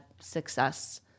success